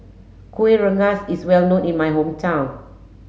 Kueh Rengas is well known in my hometown